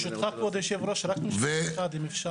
ברשותך כבוד היושב-ראש, רק משפט אחד אם אפשר.